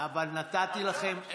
אבל נתתי לכם.